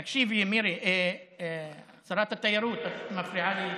תקשיבי, מירי, שרת התיירות, את מפריעה לי